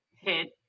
hit